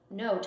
no